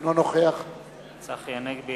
אינו נוכח צחי הנגבי,